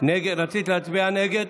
רצית להצביע נגד?